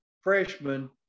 freshman